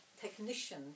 technician